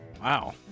Wow